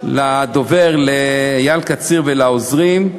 לדובר איל קציר ולעוזרים,